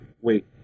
wait